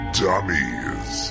dummies